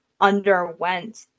underwent